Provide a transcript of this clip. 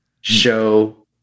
Show